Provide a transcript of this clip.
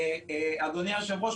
אדוני היושב-ראש,